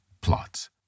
plots